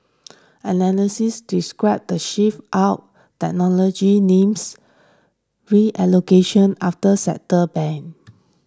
analysts described the shift out technology names reallocation after sector's banned